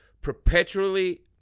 perpetually